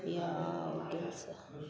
ಯಾವ ಕೆಲಸ